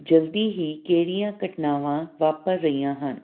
ਜਲਦੀ ਹੀ ਕਿਹੜੀਆਂ ਘਟਨਾਵਾਂ ਵਾਪਰ ਰਹੀਆਂ ਹਨ